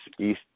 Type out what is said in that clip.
East